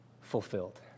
fulfilled